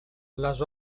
les